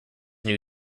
new